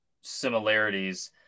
similarities